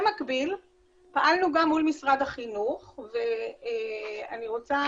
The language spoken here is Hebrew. במקביל פעלנו גם מול משרד החינוך ואני רוצה